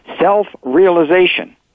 Self-realization